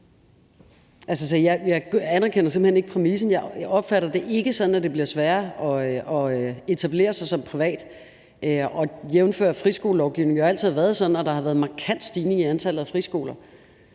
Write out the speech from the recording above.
Jeg anerkender simpelt hen ikke præmissen. Jeg opfatter det ikke sådan, at det bliver sværere at etablere sig som privat institution – jævnfør at friskolelovgivningen jo altid været sådan og der har været en markant stigning i antallet af friskoler,